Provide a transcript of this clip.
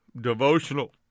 devotional